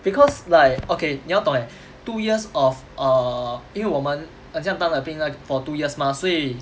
because like okay 你要懂 eh two years of err 因为我们很像当了兵 like for two years mah 所以